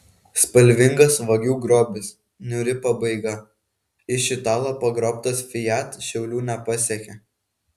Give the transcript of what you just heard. spalvingas vagių grobis niūri pabaiga iš italo pagrobtas fiat šiaulių nepasiekė